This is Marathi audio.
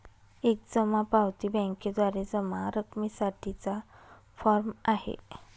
एक जमा पावती बँकेद्वारे जमा रकमेसाठी चा फॉर्म आहे